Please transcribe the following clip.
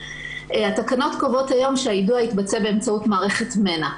התקנות קובעות היום שהיידוע יתבצע באמצעות מערכת מנע.